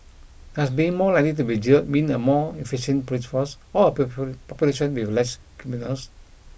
does being more likely to be jailed mean a more efficient police force or a population with less criminals